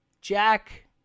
Jack